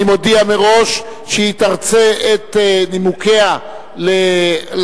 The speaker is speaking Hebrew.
אני מודיע מראש שהיא תרצה את נימוקיה לחוק,